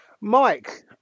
Mike